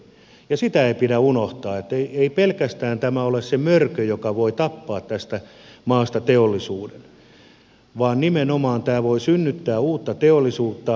ja sitä ei pidä unohtaa että ei pelkästään tämä ole se mörkö joka voi tappaa tästä maasta teollisuuden vaan nimenomaan tämä voi synnyttää uutta teollisuutta